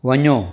वञो